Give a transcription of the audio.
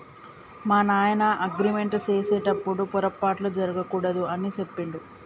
మా నాయన అగ్రిమెంట్ సేసెటప్పుడు పోరపాట్లు జరగకూడదు అని సెప్పిండు